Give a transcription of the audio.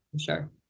sure